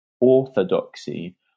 orthodoxy